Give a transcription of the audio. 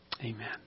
amen